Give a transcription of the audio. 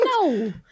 No